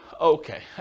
Okay